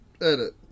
Edit